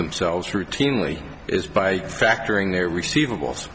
themselves routinely is by factoring their receivables